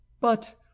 But